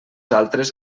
altres